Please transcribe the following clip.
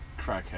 crackhead